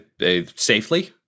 safely